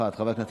בעזרת השם,